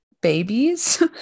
babies